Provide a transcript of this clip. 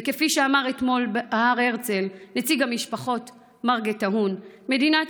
וכפי שאמר אתמול בהר הרצל נציג המשפחות מר גטהון: מדינת